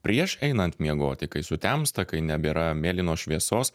prieš einant miegoti kai sutemsta kai nebėra mėlynos šviesos